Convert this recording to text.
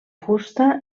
fusta